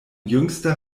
jüngster